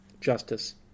justice